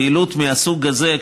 פעילות מהסוג הזה,